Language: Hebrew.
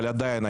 אבל עדיין.